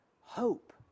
hope